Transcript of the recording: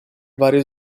varie